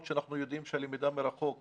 שאנחנו יודעים שהלמידה מרחוק --- מקרטעת.